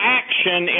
action